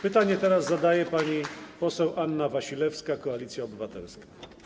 Pytanie teraz zadaje pani poseł Anna Wasilewska, Koalicja Obywatelska.